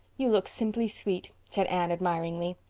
you look simply sweet, said anne admiringly.